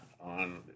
on